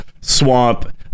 swamp